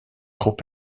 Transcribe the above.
trop